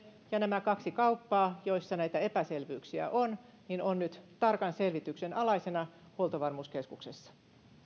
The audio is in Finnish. ja nämä kaksi kauppaa joissa epäselvyyksiä on ovat nyt tarkan selvityksen alaisena huoltovarmuuskeskuksessa